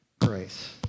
grace